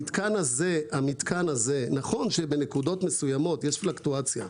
המתקן הזה, נכון שבנקודות מסוימות יש פלקטואציה.